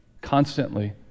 constantly